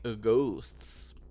Ghosts